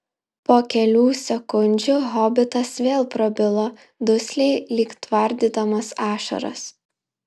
po kelių sekundžių hobitas vėl prabilo dusliai lyg tvardydamas ašaras